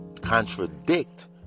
Contradict